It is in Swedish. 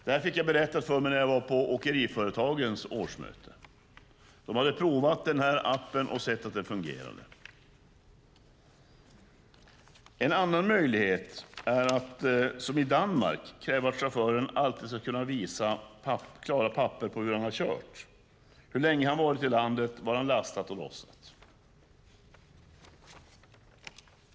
Det här fick jag berättat för mig när jag var på Åkeriföretagens årsmöte. De hade provat den här appen och sett att det fungerade. En annan möjlighet är att som i Danmark kräva att chauffören alltid ska kunna visa klara papper på hur han har kört, hur länge han har varit i landet och var han har lastat och lossat.